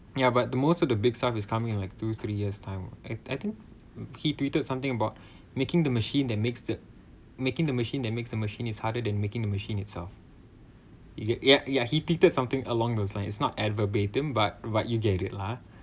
ya but the most of the big size is coming in like two three years time I I think he tweeted something about making the machine that makes the making the machine that makes the machine is harder than making the machine itself ya ya he tweeted something along those line is not add verbatim but what you get it lah